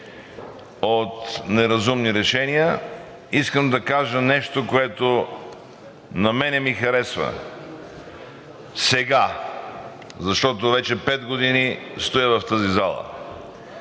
от неразумни решения, искам да кажа нещо, което на мен ми харесва сега, защото вече пет години стоя в тази зала.